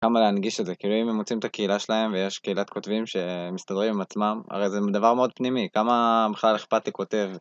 כמה להנגיש את זה, כאילו אם הם מוצאים את הקהילה שלהם ויש קהילת כותבים שמסתדרו עם עצמם, הרי זה דבר מאוד פנימי, כמה בכלל אכפת לכותב.